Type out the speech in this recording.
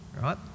right